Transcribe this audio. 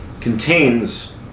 contains